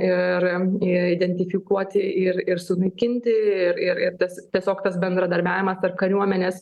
ir identifikuoti ir ir sunaikinti ir ir tas tiesiog tas bendradarbiavimas tarp kariuomenės